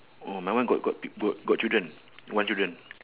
mm my one got got p~ got got children one children